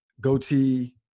goatee